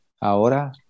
Ahora